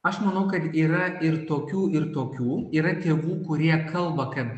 aš manau kad yra ir tokių ir tokių yra tėvų kurie kalba kad